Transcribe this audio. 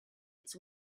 its